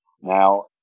Now